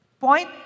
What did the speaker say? Point